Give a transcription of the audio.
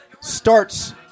starts